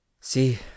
See